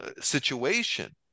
situation